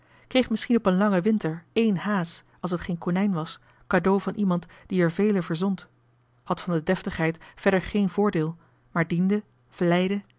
kreeg misschien op een winter één haas cadeau van iemand die er zeer vaak johan de meester de zonde in het deftige dorp verzond had van de deftigheid verder geen voordeel maar diende